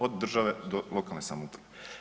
Od države do lokalne samouprave.